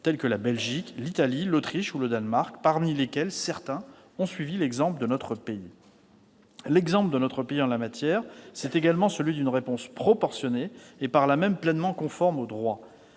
tels que la Belgique, l'Italie, l'Autriche ou le Danemark, certains de ces pays ayant suivi notre exemple. L'exemple de notre pays, en la matière, c'est également celui d'une réponse proportionnée et, par là même, pleinement conforme au droit.